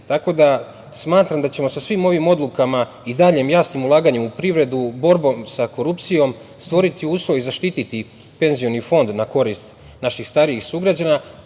penzije. Smatram da ćemo sa svim ovim odlukama i daljim jasnim ulaganjem u privredu, borbom sa korupcijom, stvoriti uslove i zaštiti penzioni fond na korist naših starijih sugrađana,